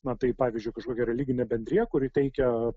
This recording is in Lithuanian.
na tai pavyzdžiui kažkokia religinė bendrija kuri teikia